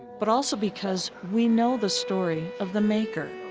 but also because we know the story of the maker.